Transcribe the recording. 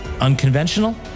Unconventional